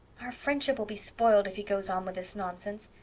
our friendship will be spoiled if he goes on with this nonsense.